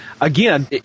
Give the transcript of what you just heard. Again